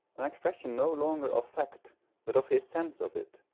an expression no longer of fact but of his sense of it,